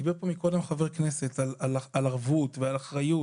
דיבר קודם חבר כנסת על ערבות ועל אחריות